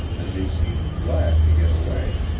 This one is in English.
and they seemed glad to get away.